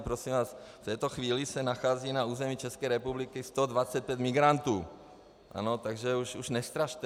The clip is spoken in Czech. Prosím vás, v této chvíli se nachází na území České republiky 125 migrantů, takže už nestrašte.